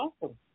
awesome